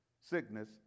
sickness